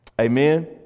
amen